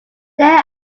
there